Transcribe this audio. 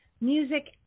music